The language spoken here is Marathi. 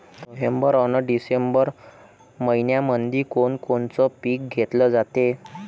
नोव्हेंबर अन डिसेंबर मइन्यामंधी कोण कोनचं पीक घेतलं जाते?